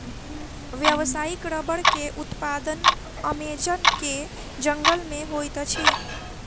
व्यावसायिक रबड़ के उत्पादन अमेज़न के जंगल में होइत अछि